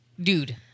Dude